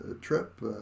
trip